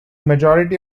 majority